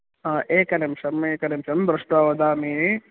हा एकनिमिषं एकनिमिषं दृष्ट्वा वदामि